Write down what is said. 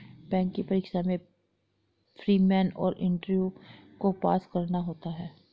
bank की परीक्षा में प्री, मेन और इंटरव्यू को पास करना होता है